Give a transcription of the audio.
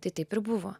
tai taip ir buvo